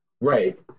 right